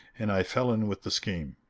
and i fell in with the scheme.